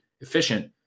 efficient